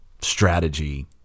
strategy